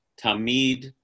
tamid